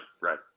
right